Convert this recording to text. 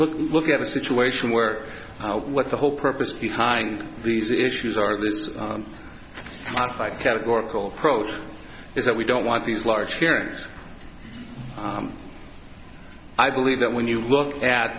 look look at a situation where what the whole purpose behind these issues are this outside categorical approach is that we don't want these large parents i believe that when you look at